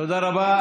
תודה רבה.